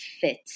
fit